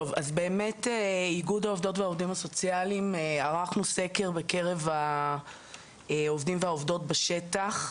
איגוד העובדות והעובדים הסוציאליים ערך סקר בקרב העובדים והעובדות בשטח.